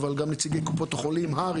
אבל גם נציגי קופות החולים הר"י,